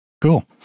Cool